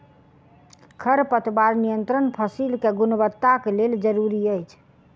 खरपतवार नियंत्रण फसील के गुणवत्ताक लेल जरूरी अछि